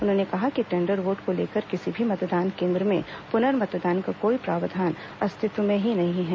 उन्होंने कहा कि टेंडर वोट को लेकर किसी भी मतदान केन्द्र में पुनर्मतदान का कोई प्रावधान अस्तित्व में ही नहीं है